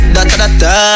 Da-da-da-da